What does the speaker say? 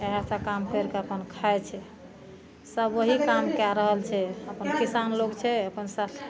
इहए सब काम करि कऽ अपन खाइ छै सब ओही काम कए रहल छै अपन किसान लोग छै अपन सब